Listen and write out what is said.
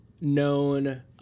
known